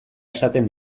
esaten